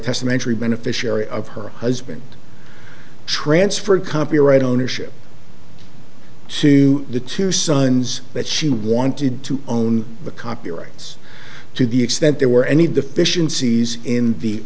testamentary beneficiary of her husband transferred company right ownership to the two sons but she wanted to own the copyrights to the extent there were any deficiencies in the